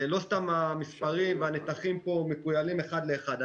לא סתם המספרים והנתחים פה מכוילים אחד לאחד.